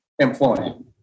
employing